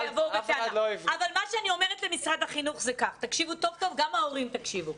מה שאני אומרת למשרד החינוך זה כך גם רם,